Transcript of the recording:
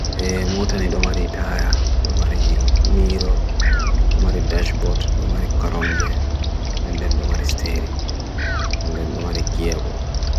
Moutani domari itaya, domari miro, domari dashboard, domari karamje, nendem domari stereo, nendem domari gearbo.